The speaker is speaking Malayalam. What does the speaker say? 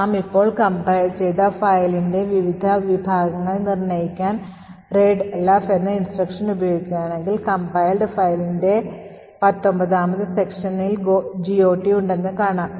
നാം ഇപ്പോൾ compile ചെയ്ത ഫയലിന്റെ വിവിധ വിഭാഗങ്ങൾ നിർണ്ണയിക്കാൻ readelf എന്ന instruction ഉപയോഗിക്കുകയാണെങ്കിൽ complied fileൻറെ 19 ാം sectionൽ GOT യുണ്ടെന്ന് കാണാം